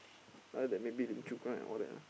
uh that maybe Lim-Chu-Kang and all that ah